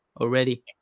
already